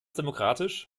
demokratisch